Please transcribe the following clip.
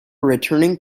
returning